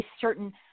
certain